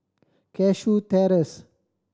Cashew Terrace